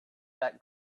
that